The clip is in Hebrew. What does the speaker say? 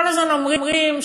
כל הזמן אומרים: